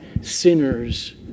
sinners